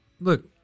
Look